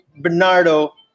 Bernardo